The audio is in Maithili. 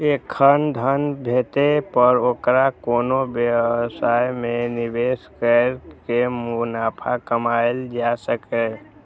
एखन धन भेटै पर ओकरा कोनो व्यवसाय मे निवेश कैर के मुनाफा कमाएल जा सकैए